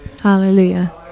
Hallelujah